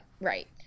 right